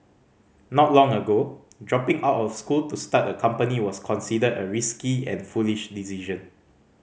not long ago dropping out of school to start a company was considered a risky and foolish decision